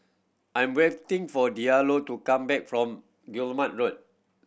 I'm waiting for Diallo to come back from Guillemard Road